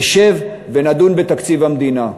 נשב ונדון בתקציב המדינה.